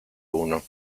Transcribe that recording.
uno